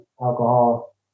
alcohol